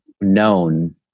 known